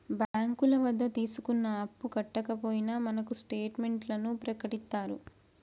బ్యాంకుల వద్ద తీసుకున్న అప్పు కట్టకపోయినా మనకు స్టేట్ మెంట్లను ప్రకటిత్తారు